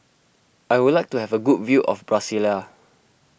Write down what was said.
I would like to have a good view of Brasilia